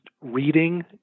reading